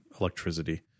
electricity